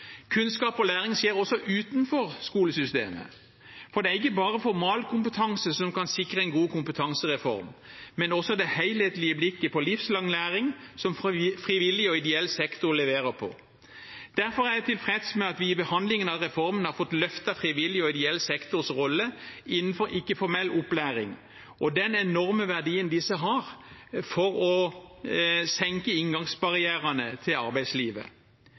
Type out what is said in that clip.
Kunnskap og læring skjer også utenfor skolesystemet, for det er ikke bare formalkompetanse som kan sikre en god kompetansereform, men også det helhetlige blikket på livslang læring, som frivillig og ideell sektor leverer på. Derfor er jeg tilfreds med at vi i behandlingen av reformen har fått løftet fram frivillig og ideell sektors rolle innenfor ikke-formell opplæring og den enorme verdien disse har for å senke inngangsbarrierene til arbeidslivet.